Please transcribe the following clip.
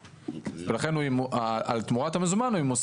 ולכן, על תמורת המזומן, יחול עליו